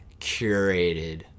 curated